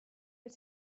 wyt